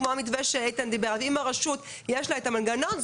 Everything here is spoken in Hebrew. כמו המתווה שאיתן דיבר עליו - יש את המנגנון,